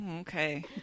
Okay